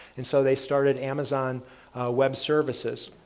and so they started amazon web services.